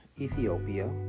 Ethiopia